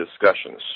discussions